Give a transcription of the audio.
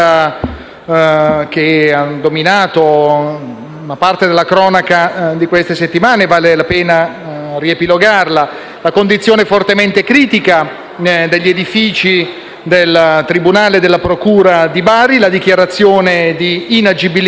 ha dominato parte della cronaca di queste settimane, e vale la pena riepilogarla: la condizione fortemente critica degli edifici del tribunale e della procura di Bari, la dichiarazione di inagibilità